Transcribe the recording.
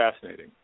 fascinating